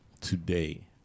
Today